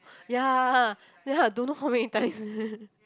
ya then like don't know how many times